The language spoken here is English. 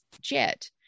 jet